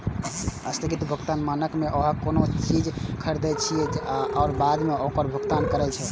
स्थगित भुगतान मानक मे अहां कोनो चीज खरीदै छियै आ बाद मे ओकर भुगतान करै छियै